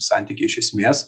santykiai iš esmės